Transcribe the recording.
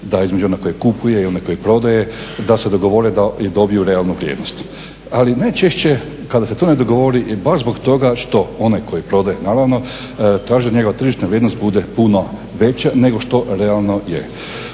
između onoga koji kupuje i onaj koji prodaje da se dogovore da dobiju realnu vrijednost. Ali najčešće kada se to ne dogovori, baš zbog toga što onaj koji prodaje naravno, traži od njega da tržišna vrijednost bude puno veća nego što realno je.